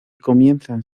comienzan